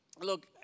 look